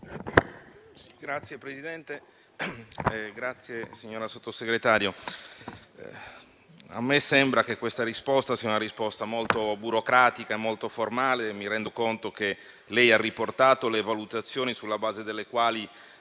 Signor Presidente, signora Sottosegretaria, mi sembra che questa sia una risposta molto burocratica e formale. Mi rendo conto che lei ha riportato le valutazioni sulla base delle quali